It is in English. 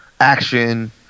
action